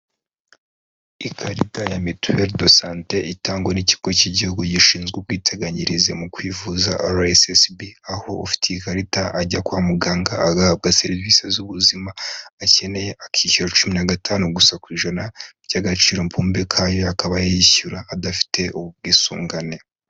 Ikarita ya mituwere dosante itangwa n'ikigo cy'igihugu gishinzwe ubwiteganyirize mu kwivuza RSSB, aho ufite iyi ikarita ajya kwa muganga, agahabwa serivisi z'ubuzima akeneye, akishyura cumi na gatanu gusa ku ijana by'agaciro mbumbe k'ayo yakabaye yishyura adafite ubu bwisungane.